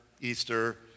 Easter